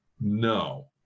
no